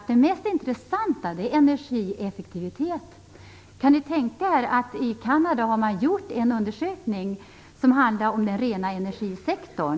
Det mest intressanta är energieffektivitet. I Kanada har man gjort en undersökning som handlar om den rena energisektorn.